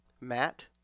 Matt